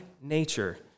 nature